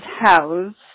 house